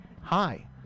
hi